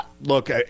Look